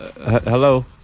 Hello